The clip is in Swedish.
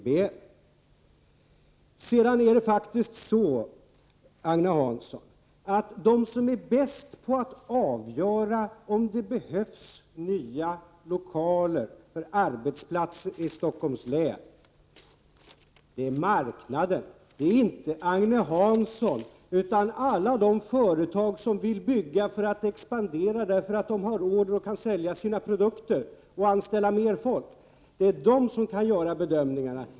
Det är faktiskt så, Agne Hansson, att den som är bäst på att avgöra om det behövs nya lokaler för arbetsplatser i Stockholms län är marknaden. Det är inte Agne Hansson utan alla de företag som vill bygga för att expandera, 61 därför att de har order och kan sälja sina produkter och anställa mer folk. Det är de som kan göra bedömningarna.